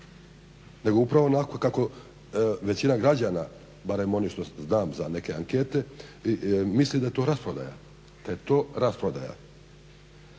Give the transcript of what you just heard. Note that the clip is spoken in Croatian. nego upravo onako kako većina građana, barem oni što znam za neke ankete, misle da je to rasprodaja.